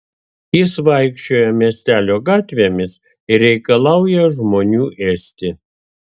jis vaikščioja miestelio gatvėmis ir reikalauja žmonių ėsti